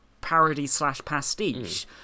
parody-slash-pastiche